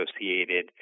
associated